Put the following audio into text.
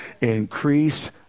Increase